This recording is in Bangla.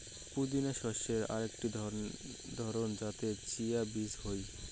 পুদিনা শস্যের আকটি ধরণ যাতে চিয়া বীজ হই